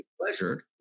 pleasured